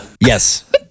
Yes